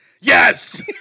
Yes